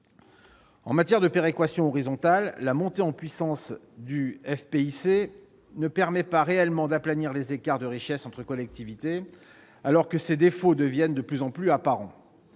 Au titre de la péréquation horizontale, la montée en puissance du FPIC ne permet pas réellement d'aplanir les écarts de richesse entre collectivités. Or les défauts de cet instrument sont de plus en plus manifestes.